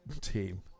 team